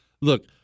Look